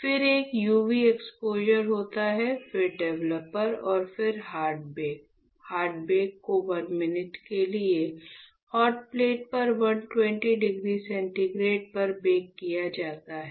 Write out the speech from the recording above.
फिर एक UV exposure होता है फिर डेवलपर और फिर हार्ड बेक हार्ड बेक को 1 मिनट के लिए हॉटप्लेट पर 120 डिग्री सेंटीग्रेड पर बेक किया जाता है